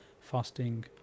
fasting